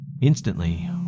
Instantly